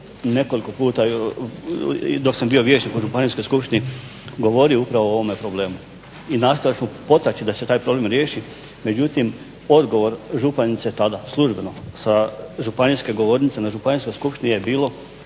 nekoliko puta i dok sam bio vijećnik u Županijskoj skupštini govorio upravo o ovome problemu i nastojali smo potaći da se taj problem riješi međutim odgovor županice tada službeno sa županijske govornice na Županijskoj skupštini je bilo